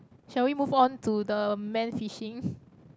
shall we move on to the man fishing